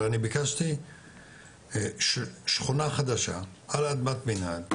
ואני ביקשתי שכונה חדשה על אדמת מנהל,